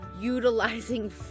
utilizing